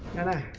and